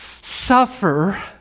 suffer